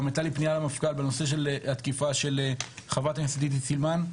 גם היתה לי פניה למפכ"ל בנושא של התקיפה של חברת הכנסת עידית סילמן,